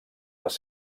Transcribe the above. les